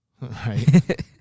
Right